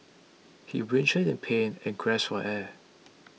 he writhed in pain and gasped for air